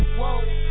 whoa